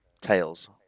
Tails